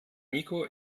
niko